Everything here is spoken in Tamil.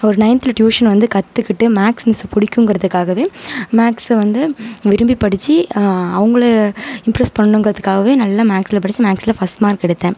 அப்புறம் நயன்த்தில் டியூஷன் வந்து கற்றுக்கிட்டு மேக்ஸ் மிஸ்ஸு பிடிக்கும்ங்கிறதுக்காகவே மேக்ஸை வந்து விரும்பி படித்து அவங்கள இம்ப்ரஸ் பண்ணுங்கிறதுக்காகவே நல்ல மேக்ஸ்சில் படித்து மேக்ஸ்சில் ஃபஸ்ட் மார்க் எடுத்தேன்